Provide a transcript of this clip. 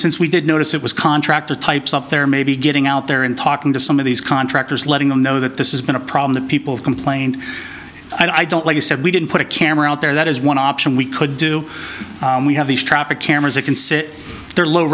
since we did notice it was contractor types up there maybe getting out there and talking to some of these contractors letting them know that this has been a problem that people have complained i don't like you said we didn't put a camera out there that is one option we could do we have these traffic cameras that can sit there l